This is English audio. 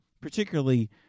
particularly